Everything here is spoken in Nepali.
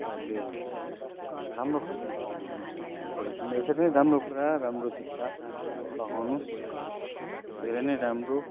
तपाईँहरूले राम्रो कस्टमर पाउनु हुनेछ भोलिको दिनमा यसरी नै राम्रो कुरा राम्रो जुत्ता लगाउनुहोस् धेरै नै राम्रो